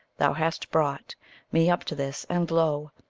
thou hast brought me up to this and, lo!